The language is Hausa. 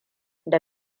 da